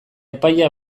epaia